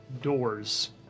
doors